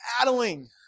battling